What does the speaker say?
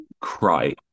cry